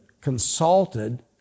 consulted